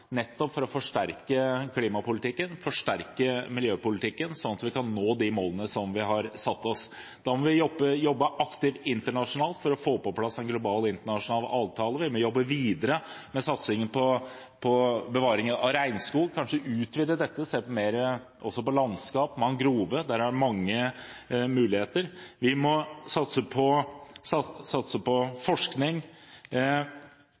nettopp for å forsterke klimapolitikken, forsterke miljøpolitikken sånn at vi kan nå de målene vi har satt oss. Da må vi jobbe aktivt internasjonalt for å få på plass en global, internasjonal avtale, vi må jobbe videre med satsingen på bevaring av regnskog, kanskje utvide dette, se på mer også på landskap, mangrove, der er det mange muligheter. Vi må satse på